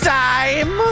time